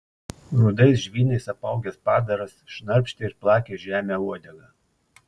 rudais žvynais apaugęs padaras šnarpštė ir plakė žemę uodega